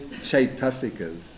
Chaitasikas